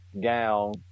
gown